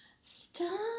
stop